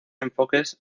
enfoques